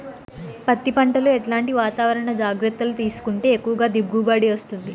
పత్తి పంట లో ఎట్లాంటి వాతావరణ జాగ్రత్తలు తీసుకుంటే ఎక్కువగా దిగుబడి వస్తుంది?